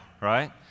right